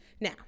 Now